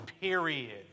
period